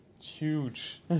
huge